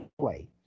play